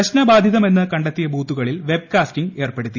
പ്രശ്നബാധിതമെന്ന് കണ്ടെത്തിയ ബൂത്തുകളിൽ web casting ഏർ പ്പെടുത്തി